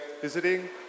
visiting